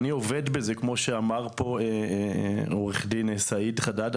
אני עובד בזה כמו שאמר פה עו"ד סעיד חדאד.